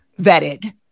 vetted